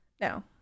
No